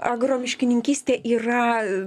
agro miškininkystė yra